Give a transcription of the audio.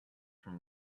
from